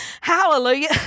hallelujah